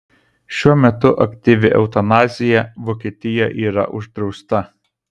šiuo metu aktyvi eutanazija vokietija yra uždrausta